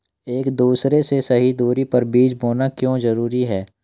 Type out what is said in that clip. एक दूसरे से सही दूरी पर बीज बोना क्यों जरूरी है?